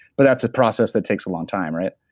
but that's a process that takes a long time, right?